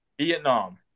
Vietnam